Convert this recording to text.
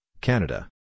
Canada